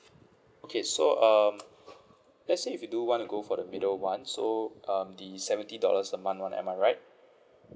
okay so um let's say if you do want to go for the middle one so um the seventy dollars a month one am I right